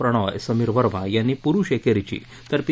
प्रणोय समीर वर्मा याप्ती पुरुष एकेरीची तर पी